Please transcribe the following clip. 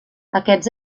aquests